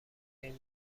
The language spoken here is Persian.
این